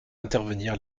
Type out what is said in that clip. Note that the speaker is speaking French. intervenir